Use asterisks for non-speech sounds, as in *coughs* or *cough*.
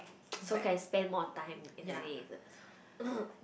*noise* so can spend more of time in the day is it *coughs*